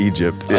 Egypt